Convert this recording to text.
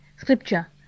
scripture